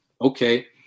okay